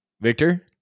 Victor